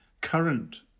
current